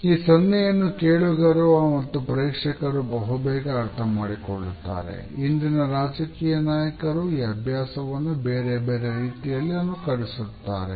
ಈ ಸನ್ನೆಯನ್ನು ಕೇಳುಗರು ಮತ್ತು ಪ್ರೇಕ್ಷಕರು ಬಹುಬೇಗ ಅರ್ಥಮಾಡಿಕೊಳ್ಳುತ್ತಾರೆ ಇಂದಿನ ರಾಜಕೀಯ ನಾಯಕರು ಈ ಅಭ್ಯಾಸವನ್ನು ಬೇರೆ ಬೇರೆ ರೀತಿಯಲ್ಲಿ ಅನುಕರಿಸುತ್ತಾರೆ